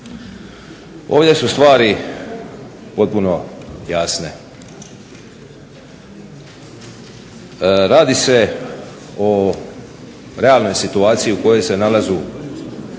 Ovdje su stvari potpuno jasne. Radi se o realnoj situaciji u kojoj se nalaze